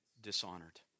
dishonored